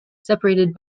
separated